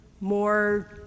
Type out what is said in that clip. more